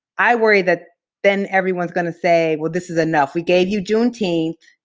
i worry that then everyone is gonna say, well, this is enough. we gave you juneteenth,